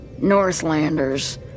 Northlanders